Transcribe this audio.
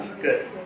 Good